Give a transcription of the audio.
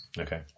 Okay